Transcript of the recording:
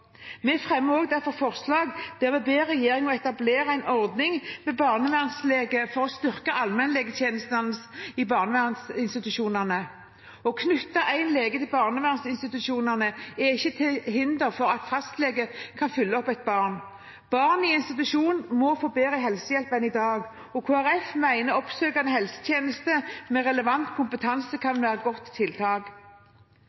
Vi fremmer også derfor et forslag der vi ber regjeringen etablere en ordning med barnevernslege for å styrke allmennlegetjenestene i barnevernsinstitusjonene. Å knytte en lege til barnevernsinstitusjonene er ikke til hinder for at fastlegen kan følge opp et barn. Barn i institusjon må få bedre helsehjelp enn i dag, og Kristelig Folkeparti mener at en oppsøkende helsetjeneste med relevant kompetanse kan